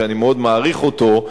שאני מאוד מעריך אותו,